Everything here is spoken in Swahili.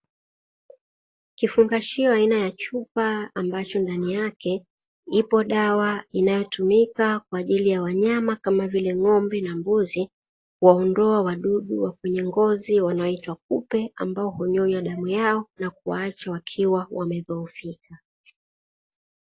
Kifungashio aina ya chupa ambacho ndani yake ipo dawa inayotumika kwa ajili ya wanyama kama vile ng'ombe na mbuzi kuwaondoa wadudu wa kwenye ngozi wanaoitwa kupe ambao hunyonya damu yao na kuwaacha wakiwa wamedhoofika.